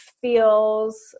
feels